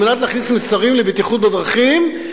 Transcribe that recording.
כדי להכניס מסרים על בטיחות בדרכים,